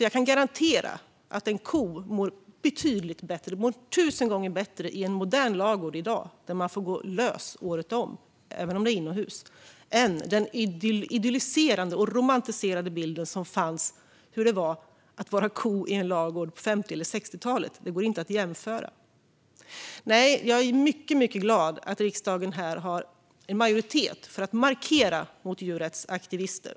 Jag kan garantera att en ko mår betydligt bättre - mår tusen gånger bättre - i en modern lagård i dag, där kossan får gå lös året om, även om det är inomhus, än i den idylliserade, romantiserade bilden av hur det var att vara ko i en lagård på 50 eller 60-talet. Det går inte att jämföra. Jag är mycket glad för att det finns en majoritet i riksdagen för att markera mot djurrättsaktivister.